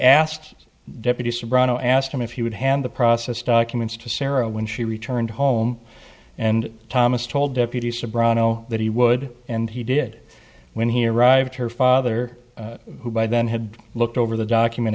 subroto asked him if he would hand the process documents to sarah when she returned home and thomas told deputies soprano that he would and he did when he arrived her father who by then had looked over the document